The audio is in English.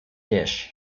dish